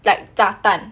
like 炸弹